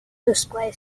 display